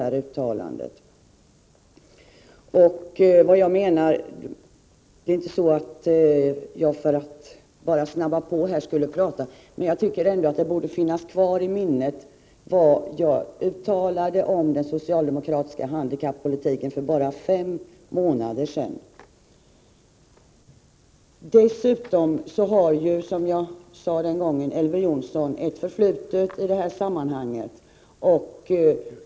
Det är inte så att jag avstår från att ta upp saker bara för att snabba på debatten, utan jag tycker att det borde finnas kvar i minnet vad jag sade om den socialdemokratiska handikappolitiken för bara fem månader sedan. Dessutom har ju, som jag sade den gången, Elver Jonsson ett förflutet i det här sammanhanget.